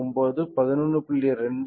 9 11